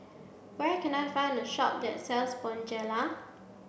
where can I find a shop that sells Bonjela